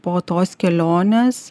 po tos kelionės